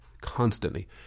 Constantly